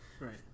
right